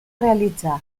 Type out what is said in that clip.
realitzar